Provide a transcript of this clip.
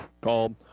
called